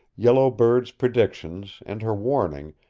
yellow bird's predictions, and her warning,